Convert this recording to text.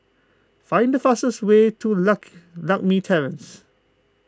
find the fastest way to Lak Lakme Terrace